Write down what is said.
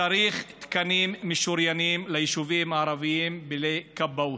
צריך תקנים משוריינים ליישובים הערביים לכבאות.